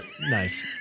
nice